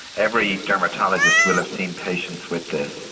every dermatologist will have seen patients with this.